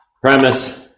premise